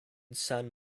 san